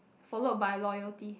followed by loyalty